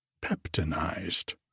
peptonized